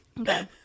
Okay